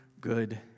good